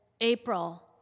April